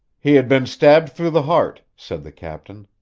he had been stabbed through the heart, said the captain.